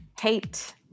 hate